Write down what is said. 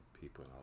people